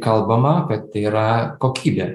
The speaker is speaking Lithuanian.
kalbama kad tai yra kokybė